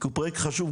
כי הוא פרויקט חשוב,